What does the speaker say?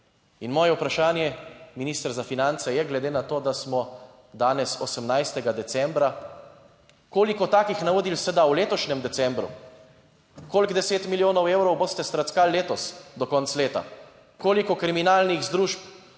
In moje vprašanje, minister za finance je, glede na to, da smo danes 18. decembra, koliko takih navodil se da v letošnjem decembru, koliko deset milijonov evrov boste / nerazumljivo/ letos do konca leta? Koliko kriminalnih združb